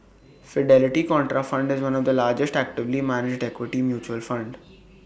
Fidelity Contrafund is one of the largest actively managed equity mutual fund